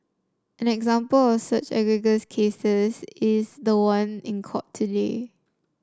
an example of such egregious cases is the one in court today